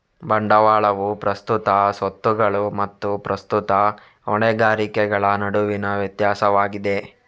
ಬಂಡವಾಳವು ಪ್ರಸ್ತುತ ಸ್ವತ್ತುಗಳು ಮತ್ತು ಪ್ರಸ್ತುತ ಹೊಣೆಗಾರಿಕೆಗಳ ನಡುವಿನ ವ್ಯತ್ಯಾಸವಾಗಿದೆ